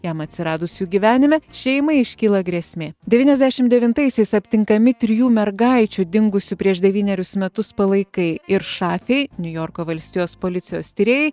jam atsiradus jų gyvenime šeimai iškyla grėsmė devyniasdešim devintaisiais aptinkami trijų mergaičių dingusių prieš devynerius metus palaikai ir šafei niujorko valstijos policijos tyrėjai